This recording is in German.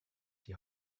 die